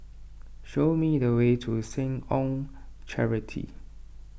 show me the way to Seh Ong Charity